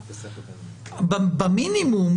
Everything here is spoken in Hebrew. במינימום,